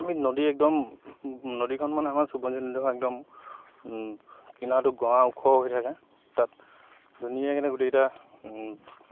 আমি নদী একদম নদীখন মানে আমাৰ নদীখন একদম কিনাৰটো গড়া ওখ হৈ থাকে তাত ধুনীয়াকৈ গোটেইকেইটা